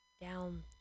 down